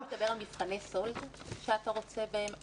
אתה מדבר על מבחני סאלד שאתה רוצה בהם?